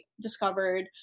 discovered